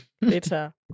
later